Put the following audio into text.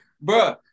Bro